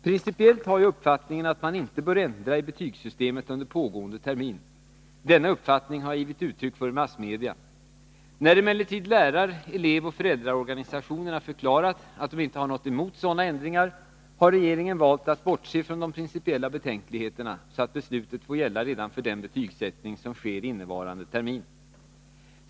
Principiellt har jag uppfattningen att man inte bör ändra i betygssystemet under pågående termin. Denna uppfattning har jag givit uttryck för i massmedierna. När emellertid lärar-, elevoch föräldraorganisationerna förklarat att de inte har något emot sådana ändringar, har regeringen valt att bortse från de principiella betänkligheterna så att beslutet får gälla redan för den betygsättning som sker innevarande termin.